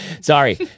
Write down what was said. Sorry